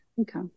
Okay